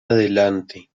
adelante